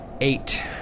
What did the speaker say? Eight